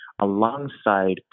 alongside